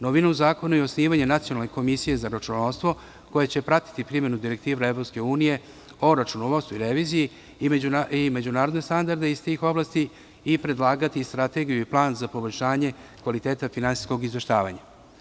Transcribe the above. Novina u zakonu je i osnivanje nacionalne komisije za računovodstvo, koja će pratiti primenu Direktive EU o računovodstvu i reviziji i međunarodne standarde iz tih oblasti i predlagati strategiju i plan za poboljšanje kvaliteta finansijskog izveštavanja.